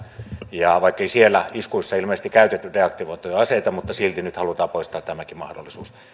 ja vaikkei siellä iskuissa ilmeisesti käytetty deaktivoituja aseita niin silti nyt halutaan poistaa tämäkin mahdollisuus